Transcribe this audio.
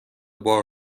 بار